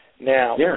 Now